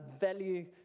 value